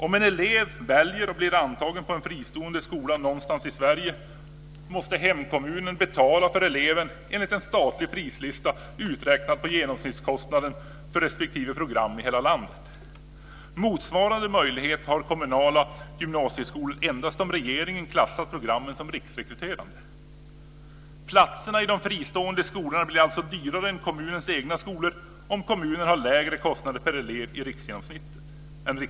Om en elev väljer och blir antagen på en fristående skola någonstans i Sverige, måste hemkommunen betala för eleven enligt en statlig prislista uträknad på genomsnittskostnaden för respektive program i hela landet. Motsvarande möjlighet har kommunala gymnasieskolor endast om regeringen klassat programmen som riksrekryterande. Platserna i de fristående skolorna blir alltså dyrare än i kommunens egna skolor om kommunen har lägre kostnader per elev än riksgenomsnittet.